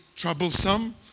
troublesome